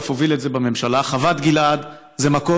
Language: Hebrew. ואף הוביל את זה בממשלה: חוות גלעד היא מקום